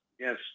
Yes